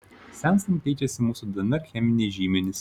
senstant keičiasi mūsų dnr cheminiai žymenys